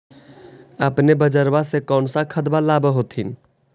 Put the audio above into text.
अपने बजरबा से कौन सा खदबा लाब होत्थिन?